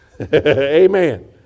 Amen